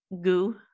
goo